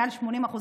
מעל 80%,